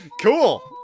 Cool